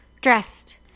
dressed